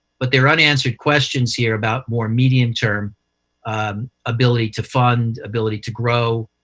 but there are unanswered questions here about more medium-term ability to fund, ability to grow,